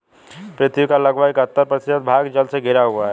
पृथ्वी का लगभग इकहत्तर प्रतिशत भाग जल से घिरा हुआ है